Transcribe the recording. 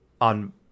on